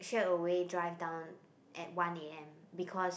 straight away drive down at one A_M because